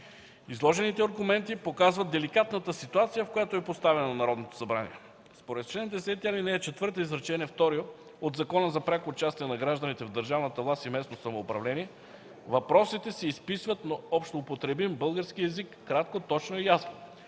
Изложените аргументи показват деликатната ситуация, в която е поставено Народното събрание. Според чл. 10, ал. 4, изречение второ от Закона за пряко участие на гражданите в държавната власт и местно самоуправление „въпросите се изписват на общоупотребим български език, кратко точно и ясно”.